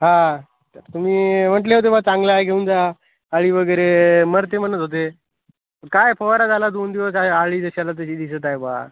हा तुम्ही म्हटले होते बा चांगलं आहे घेऊन जा अळी वगैरे मरते म्हणत होते काय फवारा झाला दोन दिवस आहे अळी जशाला तशी दिसत आहे बा